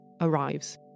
arrives